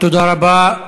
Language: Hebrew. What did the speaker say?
תודה רבה.